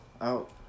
out